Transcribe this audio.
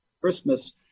Christmas